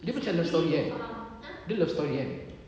dia macam love story kan dia love story kan